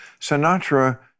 Sinatra